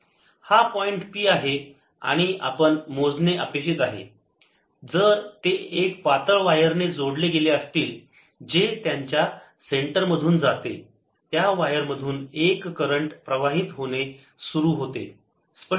हा point P आहे आणि आपण मोजणे अपेक्षित आहे जर ते एका पातळ वायरने जोडले गेले असतील जे त्यांच्या सेंटर मधून जाते त्या वायर मधून एक करंट प्रवाहित होणे सुरू होते